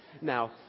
Now